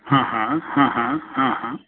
हां हां हां हां हां हां